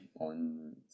on